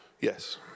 Yes